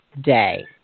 day